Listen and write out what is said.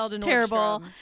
terrible